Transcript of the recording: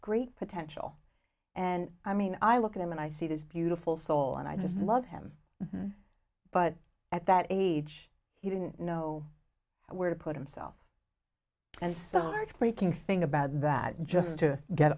great potential and i mean i look at him and i see this beautiful soul and i just love him but at that age he didn't know where to put himself and some heartbreaking thing about that just to get